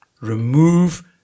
remove